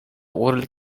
oral